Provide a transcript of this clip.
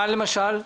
מה למשל?